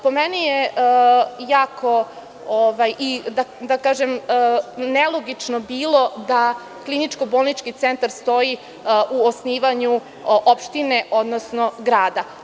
Po meni je jako nelogično bilo da kliničko-bolnički centar stoji u osnivanju opštine, odnosno grada.